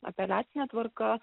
apeliacine tvarka